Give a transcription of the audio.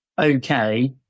okay